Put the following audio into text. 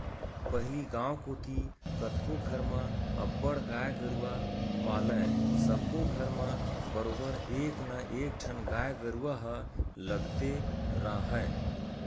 पहिली गांव कोती कतको घर म अब्बड़ गाय गरूवा पालय सब्बो घर म बरोबर एक ना एकठन गाय गरुवा ह लगते राहय